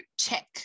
check